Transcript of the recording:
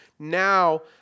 Now